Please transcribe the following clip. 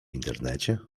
internecie